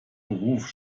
beruf